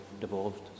devolved